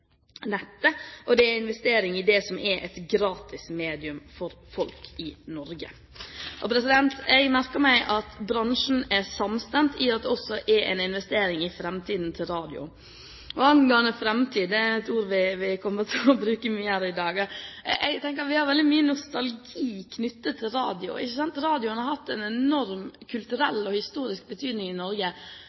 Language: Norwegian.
det som er et gratismedium for folk i Norge. Jeg merker meg at bransjen er samstemt i at det også er en investering i framtiden til radioen. Og angående framtid – det er et ord vi kommer til å bruke mye her i dag – tenker jeg at vi har veldig mye nostalgi knyttet til radio. Radioen har hatt en enorm kulturell og historisk betydning i Norge.